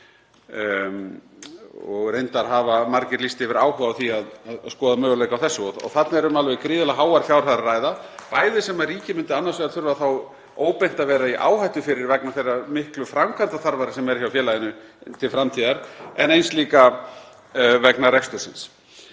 Reyndar hafa margir lýst yfir áhuga á því að skoða möguleika á þessu. Þarna er um alveg gríðarlega háar fjárhæðir að ræða, bæði sem ríkið myndi þurfa þá óbeint að vera í áhættu fyrir vegna þeirrar miklu framkvæmdaþarfar sem er hjá félaginu til framtíðar en eins líka vegna rekstursins.